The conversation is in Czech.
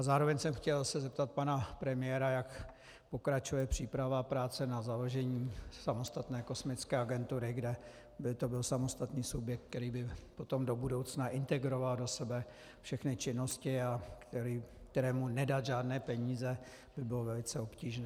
Zároveň jsem se chtěl zeptat pana premiéra, jak pokračuje příprava a práce na založení samostatné kosmické agentury, kde by to byl samostatný subjekt, který by potom do budoucna integroval do sebe všechny činnosti, kterému nedat žádné peníze by bylo velice obtížné.